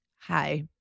hi